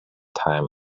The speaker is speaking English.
time